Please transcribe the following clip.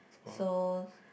so